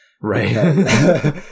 Right